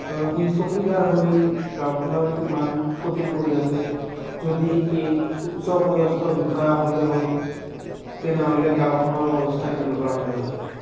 আৰু সি চকীদাৰ হৈ গাঁওখনৰ ইমান ক্ষতি কৰি আছে যদি এক উচ্চপদস্থ বিষয়া হ'লে হয় তেনেহ'লে গাঁওখনৰ অৱস্থা কেনেকুৱা হ'লে হয়